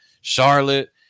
charlotte